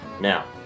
now